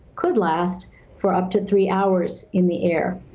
could last for up to three hours in the air.